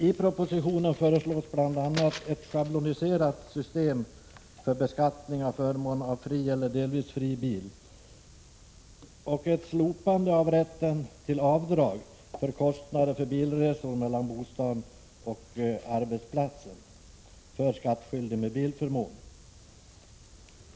I propositionen föreslås bl.a. ett schabloniserat system för beskattning av förmån av fri eller delvis fri bil och ett slopande av rätten till avdrag för kostnader för bilresor mellan bostad och arbetsplats för skattskyldig med bilförmån.